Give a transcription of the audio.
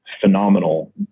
phenomenal